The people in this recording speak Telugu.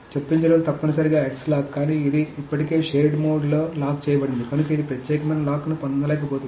చొప్పించడం తప్పనిసరిగా x లాక్ కానీ ఇది ఇప్పటికే షేర్డ్ మోడ్లో లాక్ చేయబడింది కనుక ఇది ప్రత్యేకమైన లాక్ను పొందలేకపోతుంది